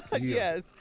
Yes